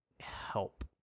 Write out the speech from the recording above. help